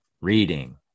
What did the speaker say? reading